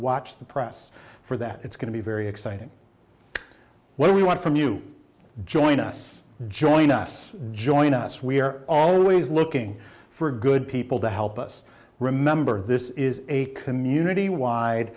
watch the press for that it's going to be very exciting what we want from you join us join us join us we are always looking for good people to help us remember this is a community wide